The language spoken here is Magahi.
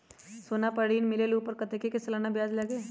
सोना पर ऋण मिलेलु ओपर कतेक के सालाना ब्याज लगे?